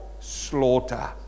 slaughter